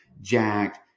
jacked